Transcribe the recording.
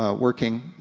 ah working,